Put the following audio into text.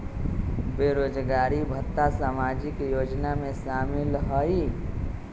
बेरोजगारी भत्ता सामाजिक योजना में शामिल ह ई?